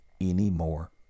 anymore